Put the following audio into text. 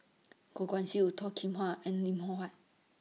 Goh Guan Siew Toh Kim Hwa and Lim Loh Huat